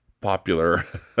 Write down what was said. popular